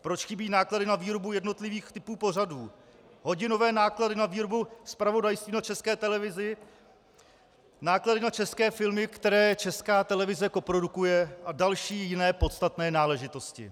Proč chybí náklady na výrobu jednotlivých typů pořadů, hodinové náklady na výrobu zpravodajství na České televizi, náklady na české filmy, které Česká televize koprodukuje, a další jiné podstatné náležitosti.